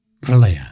Pralaya